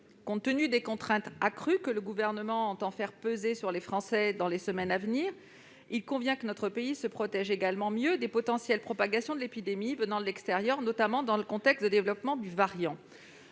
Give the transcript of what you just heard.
Compte tenu des contraintes accrues que le Gouvernement entend faire peser sur les Français dans les semaines à venir, il convient que notre pays se protège mieux des potentielles propagations de l'épidémie venant de l'extérieur, notamment dans un contexte de développement de variants.